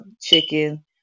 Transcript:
chicken